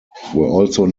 also